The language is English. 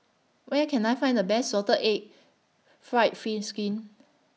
Where Can I Find The Best Salted Egg Fried Fish Skin